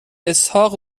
اسحاق